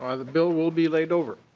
um the bill will be laid over.